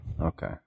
Okay